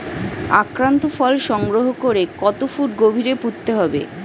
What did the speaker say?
আক্রান্ত ফল সংগ্রহ করে কত ফুট গভীরে পুঁততে হবে?